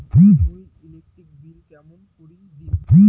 মুই electric bill কেমন করি দিম?